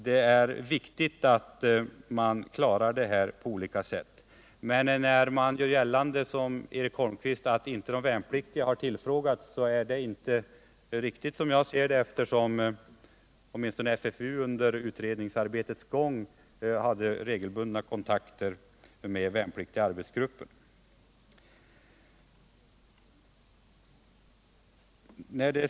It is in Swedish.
Det är viktigt att man klarar de värnpliktssociala frågorna på olika sätt. Men det är inte riktigt som Eric Holmqvist gör gällande att de värnpliktiga inte tillfrågats. Åtminstone FFU har under utredningsarbetets gång haft regelbundna kontakter med värnpliktiga arbetsgrupper.